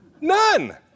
None